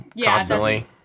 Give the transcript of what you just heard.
constantly